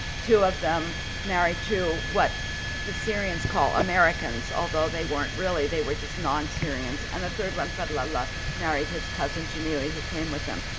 two of them married to what the syrians call americans, although they weren't really. they were just non-syrians and the third one felala married his cousin jimelee who came with them.